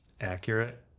accurate